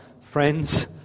Friends